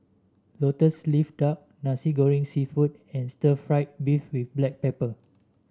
lotus leaf duck Nasi Goreng seafood and Stir Fried Beef with Black Pepper